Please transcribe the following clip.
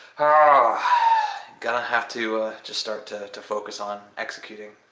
ah gonna have to just start to to focus on executing.